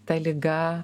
ta liga